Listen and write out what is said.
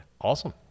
Awesome